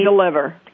deliver